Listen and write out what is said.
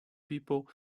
people